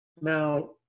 Now